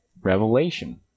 revelation